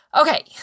Okay